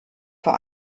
vor